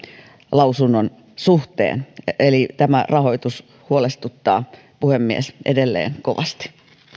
lausunnon suhteen eli rahoitus huolestuttaa puhemies edelleen kovasti